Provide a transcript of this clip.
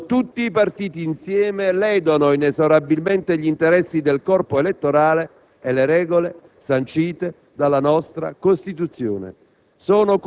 quando tutti i partiti insieme ledono inesorabilmente gli interessi del corpo elettorale e le regole sancite dalla nostra Costituzione.